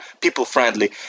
people-friendly